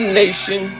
nation